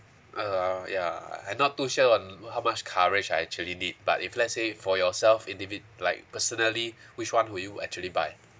uh ah ya I'm not too sure um how much coverage I actually need but if let's say for yourself individ~ like personally which one would you actually buy